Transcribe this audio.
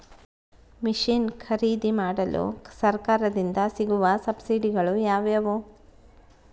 Mission ಖರೇದಿಮಾಡಲು ಸರಕಾರದಿಂದ ಸಿಗುವ ಸಬ್ಸಿಡಿಗಳು ಯಾವುವು?